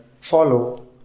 follow